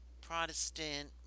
Protestant